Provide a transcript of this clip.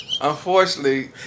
unfortunately